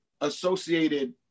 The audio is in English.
associated